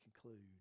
conclude